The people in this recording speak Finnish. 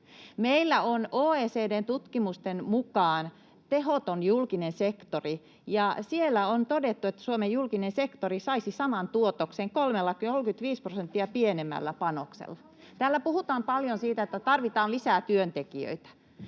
Meillä on OECD:n tutkimusten mukaan tehoton julkinen sektori, ja siellä on todettu, että Suomen julkinen sektori saisi saman tuotoksen 35 prosenttia pienemmällä panoksella. Täällä puhutaan paljon siitä, että tarvitaan lisää työntekijöitä.